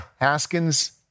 Haskins